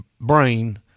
brain